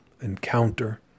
encounter